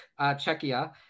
Czechia